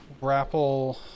Grapple